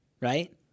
right